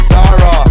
Zara